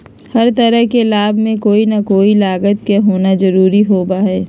हर तरह के लाभ में कोई ना कोई लागत के होना जरूरी होबा हई